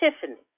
Tiffany